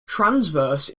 transverse